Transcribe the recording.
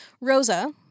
Rosa